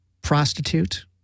prostitute